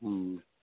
हुँ